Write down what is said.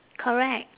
correct